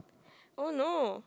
oh no